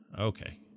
Okay